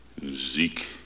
Zeke